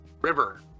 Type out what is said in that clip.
River